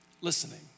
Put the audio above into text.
Listening